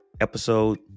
episode